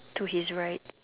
to his right